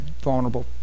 vulnerable